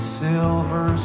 silver